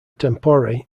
tempore